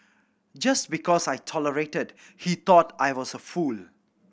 just because I tolerated he thought I was a fool